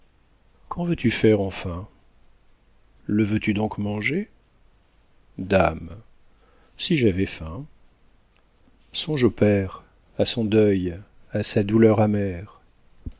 qu'en veux-tu faire enfin le veux-tu donc manger dame si j'avais faim songe au père à son deuil à sa douleur amère